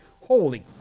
Holy